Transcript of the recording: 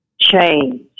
change